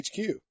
HQ